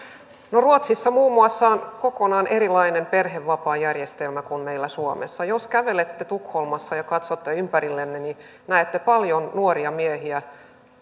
no ruotsissa muun muassa on kokonaan erilainen perhevapaajärjestelmä kuin meillä suomessa jos kävelette tukholmassa ja katsotte ympärillenne niin näette paljon nuoria miehiä